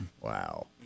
wow